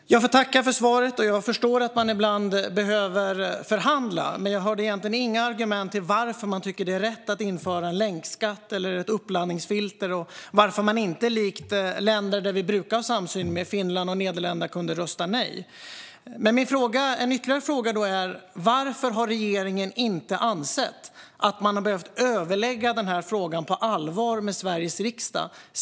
Fru talman! Jag tackar statsrådet för svaret. Jag förstår att ni ibland behöver förhandla, men jag hörde inga argument om varför ni tycker att det är rätt att införa länkskatt och uppladdningsfilter eller varför inte Sverige likt Finland och Nederländerna, länder som vi brukar ha samsyn med, kunde rösta nej. Varför har regeringen inte ansett sig behöva överlägga om denna fråga på allvar med Sveriges riksdag?